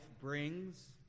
brings